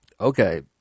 okay